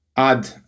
add